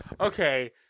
Okay